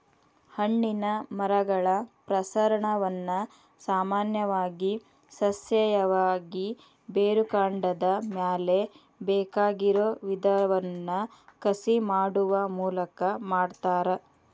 ಹಣ್ಣಿನ ಮರಗಳ ಪ್ರಸರಣವನ್ನ ಸಾಮಾನ್ಯವಾಗಿ ಸಸ್ಯೇಯವಾಗಿ, ಬೇರುಕಾಂಡದ ಮ್ಯಾಲೆ ಬೇಕಾಗಿರೋ ವಿಧವನ್ನ ಕಸಿ ಮಾಡುವ ಮೂಲಕ ಮಾಡ್ತಾರ